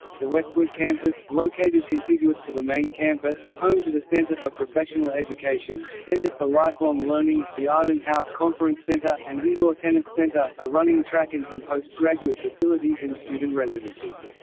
the westwood campus, located contiguous to the main campus home to the centre for professional education, centre for lifelong learning, the arden house conference centre, an indoor tennis centre, a running track and some postgraduate facilities and student residences.